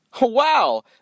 Wow